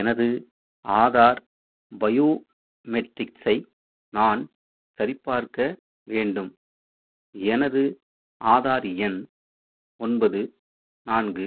எனது ஆதார் பயோமெட்ரிக்ஸை நான் சரிபார்க்க வேண்டும் எனது ஆதார் எண் ஒன்பது நான்கு